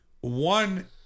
one